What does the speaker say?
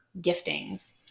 giftings